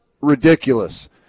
ridiculous